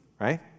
Right